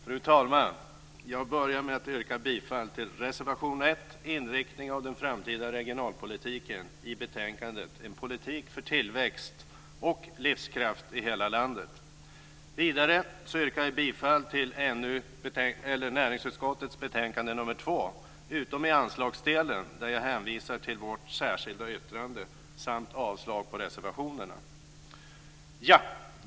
Fru talman! Jag börjar med att yrka bifall till reservation 1 om inriktningen av den framtida regionalpolitiken i betänkandet En politik för tillväxt och livskraft i hela landet. Vidare yrkar jag bifall till förslaget i näringsutskottets betänkande 2, utom i anslagsdelen där jag hänvisar till vårt särskilda yttrande, samt avslag på reservationerna.